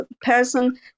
person